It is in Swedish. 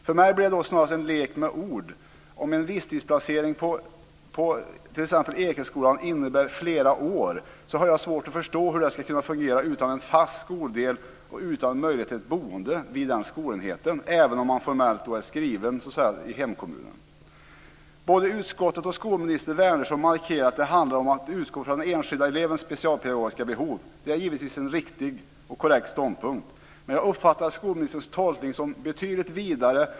För mig blir det då snarast en lek med ord. Om en visstidsplacering på t.ex. Ekeskolan innebär flera år har jag svårt att förstå hur det ska kunna fungera utan en fast skoldel och utan möjligheter till ett boende vid den skolenheten, även om man formellt är skriven i hemkommunen. Både utskottet och skolminister Wärnersson markerar att det handlar om att utgå från den enskilda elevens specialpedagogiska behov. Det är givetvis en riktig, en korrekt, ståndpunkt men jag uppfattar skolministerns tolkning betydligt vidare.